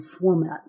format